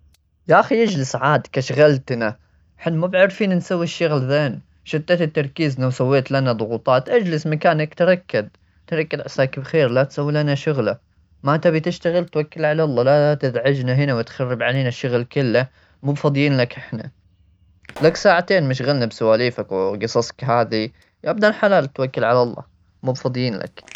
يا أخي، اجلس عادك، أشغلتنا. حنا مو بعارفين نسوي الشغل زين! شتت التركيز لو سويت لنا ضغوطات. اجلس مكانك، تركب. ترى عساك بخير، لا تسوي لنا شغلة. ما تبي تشتغل، توكل على الله. لا تزعجنا هنا وتخرب علينا الشغل كله. مو فاضيين لك، إحنا. لك ساعتين مشغلنا بسواليفك وقصصك هذي. يا ابن الحلال، توكل على الله. مو بفاضين لك.